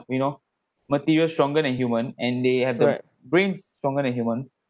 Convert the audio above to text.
you know materials stronger than human and they had their brains stronger than human